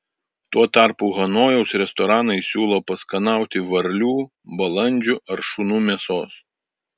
tuo tarpu hanojaus restoranai siūlo paskanauti varlių balandžių ar šunų mėsos